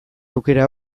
aukera